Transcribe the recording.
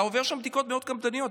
אתה עובר שם בדיקות מאוד קפדניות.